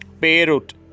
Beirut